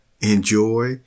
enjoy